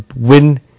Win